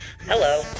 Hello